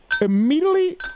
immediately